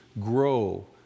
grow